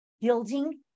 building